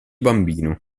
bambino